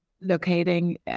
locating